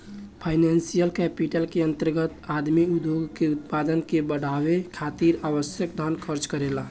financial capital के अंतर्गत आदमी उद्योग के उत्पादन के बढ़ावे खातिर आवश्यक धन खर्च करेला